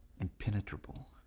Impenetrable